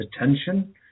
attention